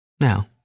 Now